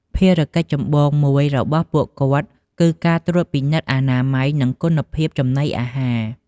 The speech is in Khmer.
ភារកិច្ចចម្បងមួយរបស់ពួកគាត់ គឺការត្រួតពិនិត្យអនាម័យ និងគុណភាពចំណីអាហារ ។